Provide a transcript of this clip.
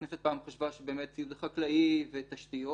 הכנסת פעם חשבה שזה ציוד חקלאי ותשתיות